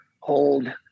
hold